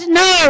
no